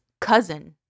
Cousin